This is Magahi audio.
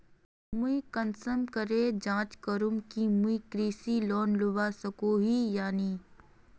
मुई कुंसम करे जाँच करूम की मुई कृषि लोन लुबा सकोहो ही या नी?